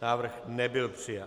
Návrh nebyl přijat.